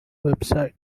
website